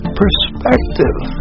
perspective